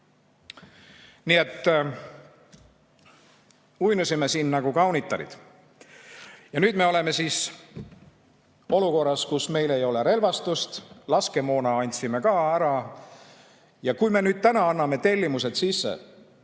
Nii et uinusime siin nagu kaunitarid. Ja nüüd me oleme siis olukorras, kus meil ei ole relvastust, laskemoona andsime ka ära. Ja kui me täna anname tellimused sisse,